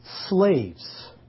slaves